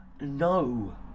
no